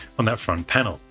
on that front panel,